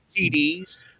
TDs